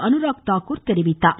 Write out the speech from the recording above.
அனுராக் தாக்கூர் தெரிவித்துள்ளார்